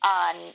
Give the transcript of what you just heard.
on